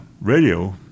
radio